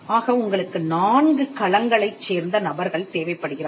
ஆக உங்களுக்கு நான்கு களங்களைச் சேர்ந்த நபர்கள் தேவைப்படுகிறார்கள்